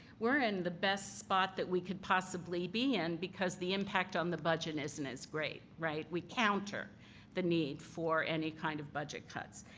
we're in the best spot that we could possibly be in because the impact on the budget isn't as great, right? we counter the need for any kind of budget cuts.